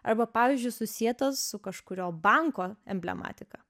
arba pavyzdžiui susietas su kažkurio banko emblematika